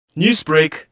Newsbreak